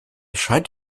scheint